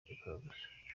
impfabusa